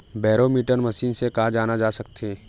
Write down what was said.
Barometer machine से का जाना जा सकत हे?